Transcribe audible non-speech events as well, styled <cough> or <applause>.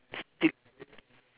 <noise>